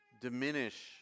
diminish